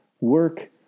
work